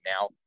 now